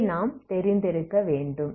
இதை நாம் தெரிந்திருக்க வேண்டும்